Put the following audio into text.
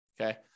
Okay